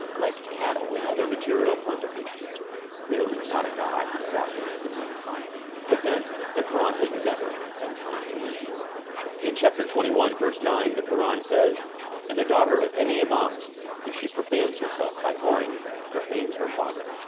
like cattle and other material plunder clearly not a god whose values women but then the quran has never been and kind to women in chapter twenty one verse nine the quran says and the daughter of any imam if she profanes herself by whoring profanes her father,